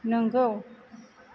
नंगौ